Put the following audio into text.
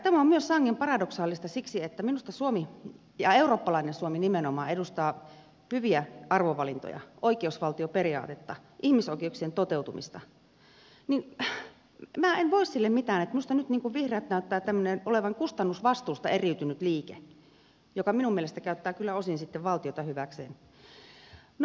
tämä on myös sangen paradoksaalista siksi että minusta suomi ja eurooppalainen suomi nimenomaan edustaa hyviä arvovalintoja oikeusvaltioperiaatetta ihmisoikeuksien toteutumista ja minä en voi sille mitään että minusta nyt vihreät näyttää olevan kustannusvastuusta eriytynyt liike joka minun mielestäni käyttää kyllä osin valtiota hyväkseen